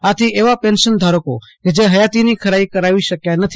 આથી એવા પેન્શન ધારકો કે જે હયાતીની ખરાઈ કરાવી શકયા નથી